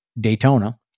Daytona